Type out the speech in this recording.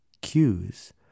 cues